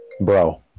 Bro